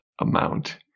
amount